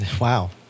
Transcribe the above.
Wow